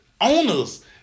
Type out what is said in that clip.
Owners